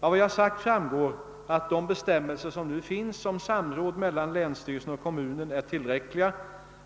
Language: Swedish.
Av vad jag sagt framgår att de bestämmelser som nu finns om samråd mellan länsstyrelsen och kommunen är tillräckliga.